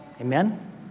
Amen